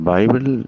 Bible